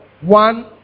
one